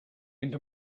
into